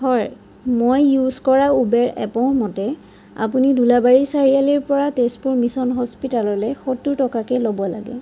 হয় মই ইউছ কৰা উবেৰ এপৰ মতে আপুনি দোলাবাৰী চাৰিআলিৰ পৰা তেজপুৰ মিছন হস্পিটেললে সত্তৰ টকাকৈ ল'ব লাগে